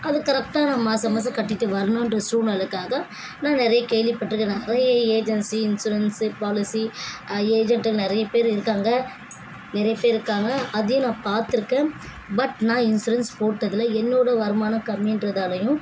அது கரெக்டாக நான் மாதம் மாதம் கட்டிட்டு வரணுன்ற சூல்நிலைக்காக நான் நிறைய கேள்விப்பட்டிருக்கேன் நிறைய ஏஜென்சி இன்சூரன்ஸு பாலிசி ஏஜென்ட்டுலாம் நிறைய பேர் இருக்காங்கள் நிறைய பேர் இருக்காங்கள் அதையும் நான் பார்த்துருக்கேன் பட் நான் இன்சூரன்ஸ் போட்டதில்லை என்னோடய வருமானம் கம்மின்றதாலையும்